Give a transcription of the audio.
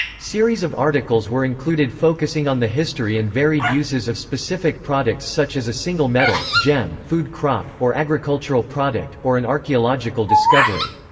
series of articles were included focusing on the history and varied uses of specific products such as a single metal, gem, food crop, or agricultural product, or an archaeological discovery.